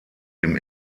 dem